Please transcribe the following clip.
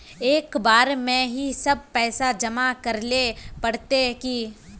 एक बार में ही सब पैसा जमा करले पड़ते की?